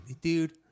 dude